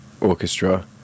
Orchestra